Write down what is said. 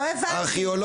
לא הבנתי.